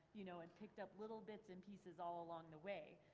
you know and picked up little bits and pieces all along the way.